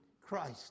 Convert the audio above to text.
Christ